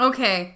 Okay